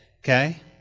Okay